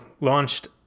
launched